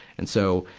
and so,